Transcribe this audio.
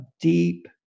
deep